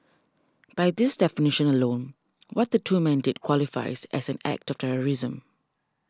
by this definition alone what the two men did qualifies as an act of terrorism